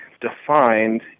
defined